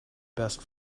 best